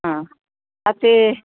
हाँ अथी